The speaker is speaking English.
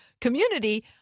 community